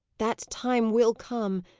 that time will come!